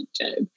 Job